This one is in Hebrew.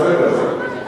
ישיב שר החינוך גדעון סער.